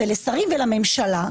זה לשרים ולממשלה,